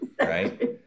right